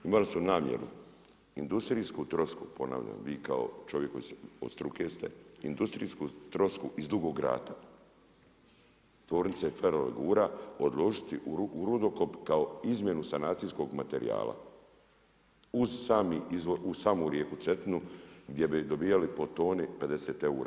Imali su namjeru industrijsku trosku ponavljam, vi kao čovjek koji od struke ste industrijsku trosku iz Dugog rata, tvornice ferolegura odlučiti u rudokop kao izmjenu sanacijskog materijala uz samu rijeku Cetinu gdje bi dobijali po toni 50 eura.